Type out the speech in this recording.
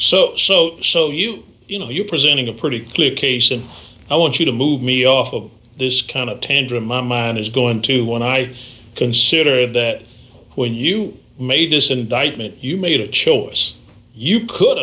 so so so you you know you're presenting a pretty clear case and i want you to move me off of this kind of tantrum my mind is going to when i consider that when you made this indictment you made a choice you could